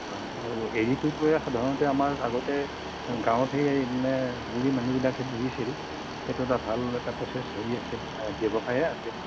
অঁ আৰু এৰীটোৱে এই সাধাৰণতে আমাৰ আগতে গাঁৱত সেই মানে বুঢ়ী মানুহবিলাকে পোহিছিল সেইটো এটা ভাল এটা প্ৰচেছ হেৰি আছিল ব্যৱসায়ে আছিল